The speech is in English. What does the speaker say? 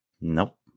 Nope